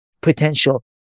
potential